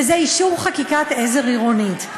וזה אישור חקיקת עזר עירונית.